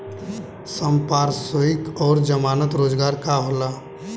संपार्श्विक और जमानत रोजगार का होला?